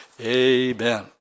Amen